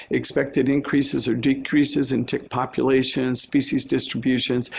expected increases or decreases in tick populations, species distributions.